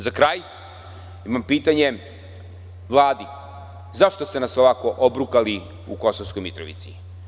Za kraj imam pitanje za Vladu – zašto ste nas ovako obrukali u Kosovskoj Mitrovici?